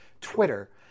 Twitter